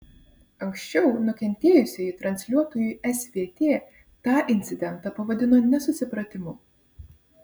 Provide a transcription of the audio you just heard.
anksčiau nukentėjusioji transliuotojui svt tą incidentą pavadino nesusipratimu